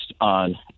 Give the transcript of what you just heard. on